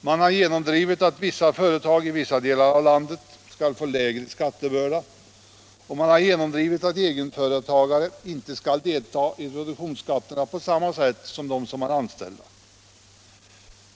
Man har genomdrivit att företag i vissa delar av landet skall få en lägre skattebörda, och man har genomdrivit att egenföretagare inte skall delta i produktionsskatterna på samma sätt som de som har anställda.